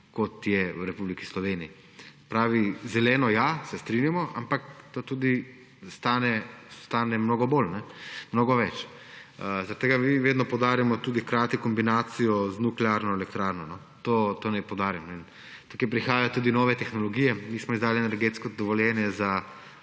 kot je v Republiki Slovenije. Se pravi, zeleno ja, se strinjamo, ampak to tudi stane mnogo več. Zaradi tega mi tudi vedno poudarjamo hkrati kombinacijo z nuklearno elektrarno. To naj poudarim. Tukaj prihajajo tudi nove tehnologije. Mi smo izdali energetsko dovoljenje za